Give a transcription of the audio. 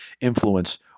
influence